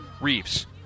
Reeves